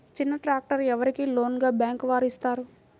చిన్న ట్రాక్టర్ ఎవరికి లోన్గా బ్యాంక్ వారు ఇస్తారు?